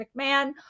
McMahon